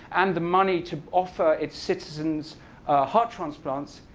and the money to offer its citizens heart transplants,